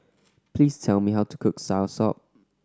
please tell me how to cook soursop